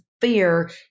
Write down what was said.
fear